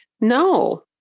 No